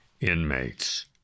inmates